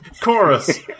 Chorus